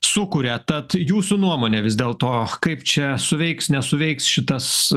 sukuria tad jūsų nuomonė vis dėlto kaip čia suveiks nesuveiks šitas